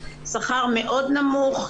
שכר מאוד נמוך,